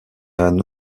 âne